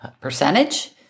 percentage